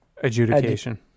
Adjudication